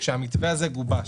כשהמתווה הזה גובש.